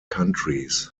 countries